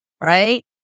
right